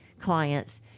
clients